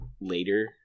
later